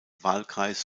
wahlkreis